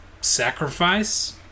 sacrifice